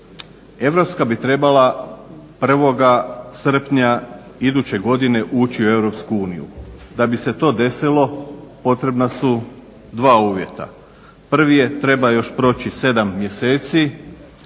Hrvatska bi trebala 1. srpnja iduće godine ući u Europsku uniju. Da bi se to desilo potrebna su dva uvjeta, prvi je treba još proći 7 mjeseci,